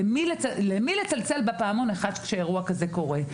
למי לצלצל בפעמון כשאירוע כזה קורה.